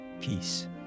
peace